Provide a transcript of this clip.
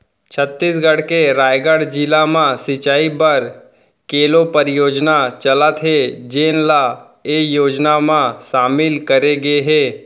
छत्तीसगढ़ के रायगढ़ जिला म सिंचई बर केलो परियोजना चलत हे जेन ल ए योजना म सामिल करे गे हे